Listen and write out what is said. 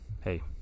hey